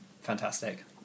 fantastic